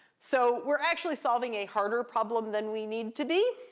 so we're actually solving a harder problem than we need to be.